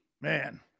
Man